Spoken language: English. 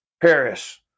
Paris